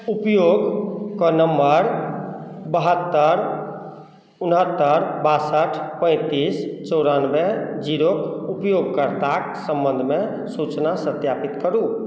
उपयोग कऽ नम्बर बहत्तरि उनहत्तरि बासठ पैंतिस चौरानबे जीरो उपयोगकर्ताक सम्बन्धमे सूचना सत्यापित करू